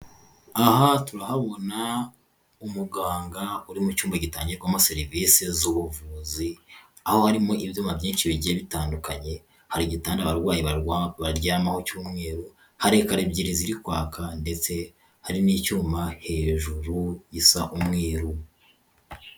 Aha turahabona umuganga uri mu cyumba gitangirwamo serivisi z'ubuvuzi, aho harimo ibyuma byinshi bigiye bitandukanye, hari igitanda abarwayi baryamaho cy'umweru, hari ekara ebyiri ziri kwaka ndetse hari n'icyuma hejuru gisa umweru.